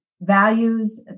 values